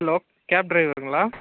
hello cab டிரைவருங்களா